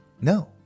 No